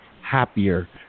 happier